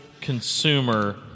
consumer